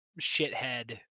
shithead